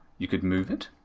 you could move it